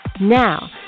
now